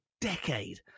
decade